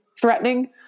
threatening